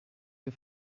you